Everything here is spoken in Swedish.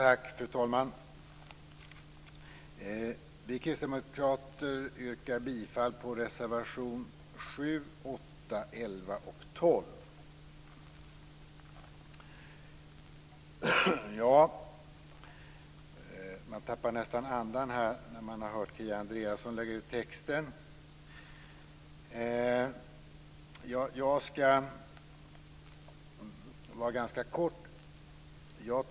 Fru talman! Vi kristdemokrater yrkar bifall till reservationerna 7, 8, 11 och 12. Man tappar nästan andan när man hör Kia Andreasson lägga ut texten här. Jag skall fatta mig ganska kort.